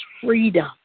freedom